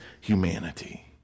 humanity